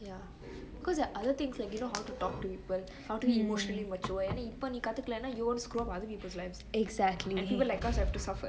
ya because there are other things like how to talk to people how to emotionally mature ஏனா இப்ப நீ கத்துக்குலனா:yenaa ippe nee kathukulenaa you also screw up other people's lives and people like us have to suffer